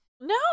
No